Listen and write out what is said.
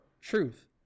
truth